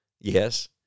Yes